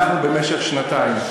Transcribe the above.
אנחנו, במשך שנתיים,